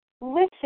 listen